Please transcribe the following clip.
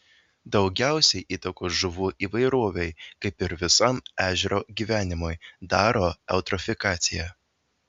daugiausiai įtakos žuvų įvairovei kaip ir visam ežero gyvenimui daro eutrofikacija